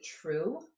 true